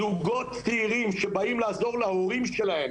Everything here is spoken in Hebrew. זוגות צעירים שבאים לעזור להורים שלהם